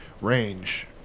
range